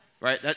Right